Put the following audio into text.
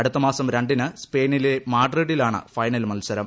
അടുത്ത മാസം രണ്ടിന് സ്പെയിനിലെ മ്മൂഡിഡിലാണ് ഫൈനൽ മത്സരം